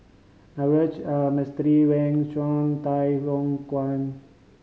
Naveji R Mistori When Chunde Tay Yong Guan